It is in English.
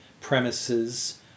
premises